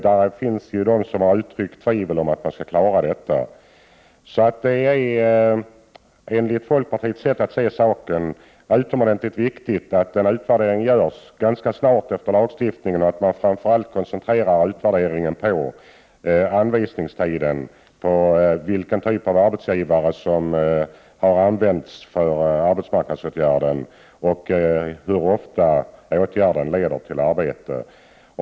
Det finns de som har uttryckt tvivel om att arbetsförmedlingarna skall klara detta. Det är enligt folkpartiets sätt att se saken utomordentligt viktigt att en utvärdering görs ganska snart efter lagstiftningens ikraftträdande. Utvärderingen bör framför allt koncentreras på anvisningstiden, på vilken typ av arbetsgivare som har använts för arbetsmarknadsåtgärden och hur ofta åtgärden leder till arbete.